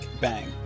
Bang